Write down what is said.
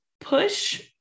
push